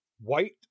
white